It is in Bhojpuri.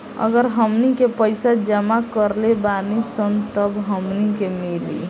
अगर हमनी के पइसा जमा करले बानी सन तब हमनी के मिली